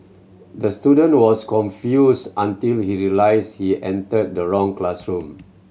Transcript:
the student was confused until he realised he entered the wrong classroom